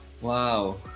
Wow